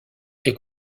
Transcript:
est